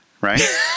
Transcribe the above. Right